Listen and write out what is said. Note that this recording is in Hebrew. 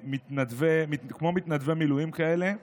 כמו מתנדבי מילואים כאלה,